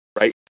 right